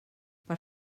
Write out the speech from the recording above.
per